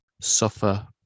suffer